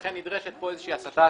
לכן נדרשת כאן איזושהי הסטת